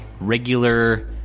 regular